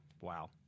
Wow